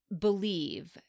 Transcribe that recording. believe